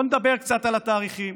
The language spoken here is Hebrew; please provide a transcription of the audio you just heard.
בואו נדבר קצת על התאריכים.